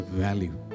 value